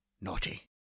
Naughty